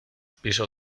piso